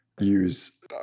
Use